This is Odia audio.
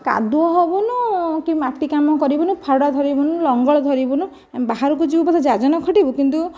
କାଦୁଅ ହେବୁ ନାହୁଁ କି ମାଟିକାମ କରିବୁ ନାହିଁ ଫାଉଡ଼ା ଧରିବୁ ନାହିଁ ଲଙ୍ଗଳ ଧରିବୁ ନାହିଁ ଆମେ ବାହାରକୁ ଯିବୁ ପଛେ ଦାଦନ ଖଟିବୁ କିନ୍ତୁ